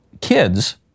Kids